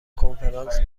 کنفرانس